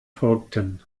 folgten